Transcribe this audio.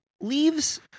Leaves